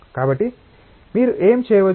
కాబట్టి మీరు ఏమి చేయవచ్చు